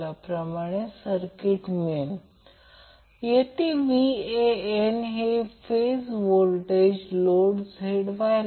आता जर त्याचप्रमाणे पूर्ण फेजर आकृती काढली तर आता फेज व्होल्टेज आणि लाईन व्होल्टेज हे पहा